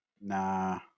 Nah